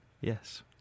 Yes